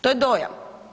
To je dojam.